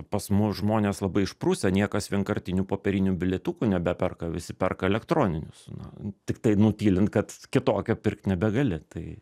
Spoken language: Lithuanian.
pas mus žmonės labai išprusę niekas vienkartinių popierinių bilietukų nebeperka visi perka elektroninius na tiktai nutylint kad kitokio pirkt nebegali tai